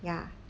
ya